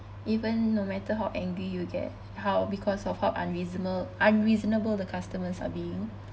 even no matter how angry you get how because of how unreasona~ unreasonable the customers are being